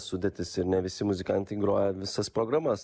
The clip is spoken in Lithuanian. sudėtis ir ne visi muzikantai groja visas programas